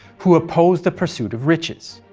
who opposed the pursuit of riches.